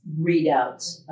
readouts